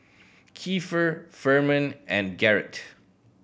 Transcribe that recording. Kiefer Furman and Garrett